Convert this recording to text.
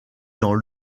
dans